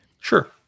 Sure